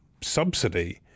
subsidy